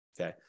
okay